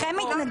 אושר,